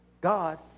God